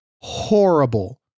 horrible